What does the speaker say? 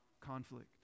conflict